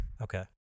Okay